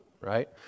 right